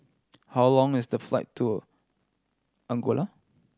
how long is the flight to Angola